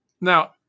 Now